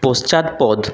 পশ্চাৎপদ